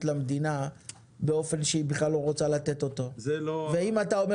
למדינה באופן שהיא בכלל לא רוצה לתת אותו ואם אתה אומר